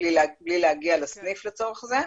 בלי להגיע לסניף לצורך זה,